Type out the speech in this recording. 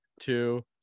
two